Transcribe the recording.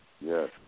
Yes